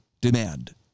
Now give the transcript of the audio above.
demand